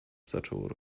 zaczął